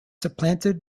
supplanted